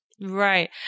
Right